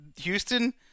Houston